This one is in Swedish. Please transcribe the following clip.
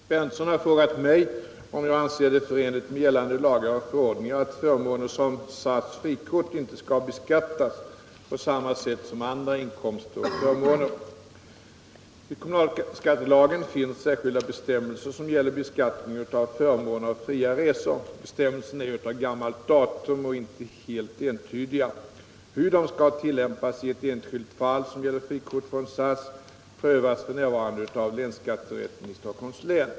Herr talman! Nils Berndtson har frågat mig om jag anser det förenligt med gällande lagar och förordningar att förmåner som SAS frikort inte skall beskattas på samma sätt som andra inkomster och förmåner. I kommunalskattelagen finns särskilda bestämmelser som gäller beskattning av förmån av fria resor. Bestämmelserna är av gammalt datum och inte helt entydiga. Hur de skall tillämpas i ett enskilt fall som gäller frikort från SAS prövas f. n. av länsskatterätten i Stockholms län.